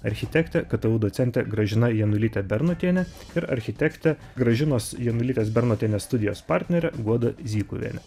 architektė ktu docentė gražina janulytė bernotienė ir architektė gražinos janulytės bernotienės studijos partnerė guoda zykuvienė